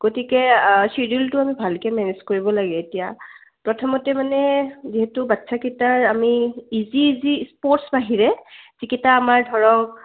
গতিকে চিডিউলটো আমি ভালকৈ মেনেজ কৰিব লাগে এতিয়া প্ৰথমতে মানে যিহেতু বাচ্ছাকেইটাৰ আমি ইজি ইজি স্পৰ্টছ বাহিৰে যিকেইটা আমাৰ ধৰক